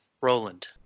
Roland